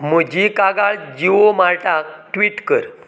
म्हजी कागाळ जिओ मार्टाक ट्विट कर